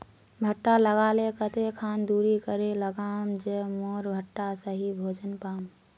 भुट्टा लगा ले कते खान दूरी करे लगाम ज मोर भुट्टा सही भोजन पाम?